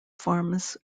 forms